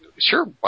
sure